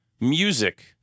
music